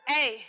Hey